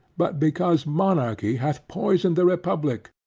but because monarchy hath poisoned the republic,